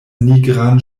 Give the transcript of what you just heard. nigran